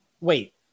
wait